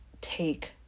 take